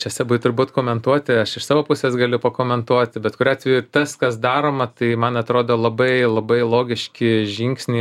čia sebui turbūt komentuoti aš iš savo pusės galiu pakomentuoti bet kuriuo atveju tas kas daroma tai man atrodo labai labai logiški žingsniai